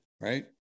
right